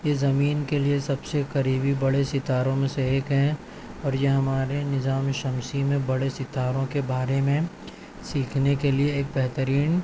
یہ زمین کے لیے سب سے قریبی بڑے ستاروں میں سے ایک ہیں اور یہ ہمارے نظام شمسی میں بڑے ستاروں کے بارے میں سیکھنے کے لیے ایک بہترین